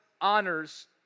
Honors